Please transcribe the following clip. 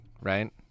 right